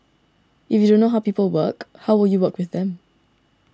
if you don't know how people work how will you work with them